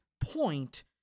point